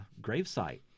gravesite